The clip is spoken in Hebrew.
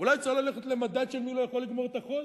אולי צריך ללכת למדד של מי לא יכול לגמור את החודש?